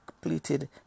Completed